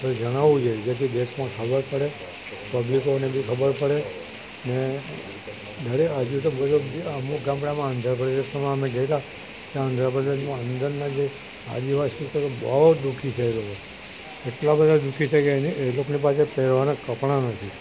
જણાવું જોઈએ જેથી દેશમાં ખબર પડે પબ્લિકોને બી ખબર પડે ને ઘરે હજુ તો અમુક ગામડામાં આંધ્રપ્રદેશોમાં અમે ગયેલા ત્યાં આંધ્રપ્રદેશમાં અંદરના જે આદિવાસી તો બહુ જ દુઃખી છે એ લોકો એટલા બધા દુઃખી છે કે એને એ લોકોની પાસે પહેરવાનાં કપડાં નથી